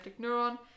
neuron